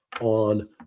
on